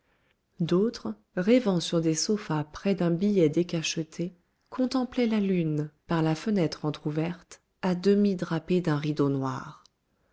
d'autres rêvant sur des sofas près d'un billet décacheté contemplaient la lune par la fenêtre entrouverte à demi drapée d'un rideau noir